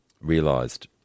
realised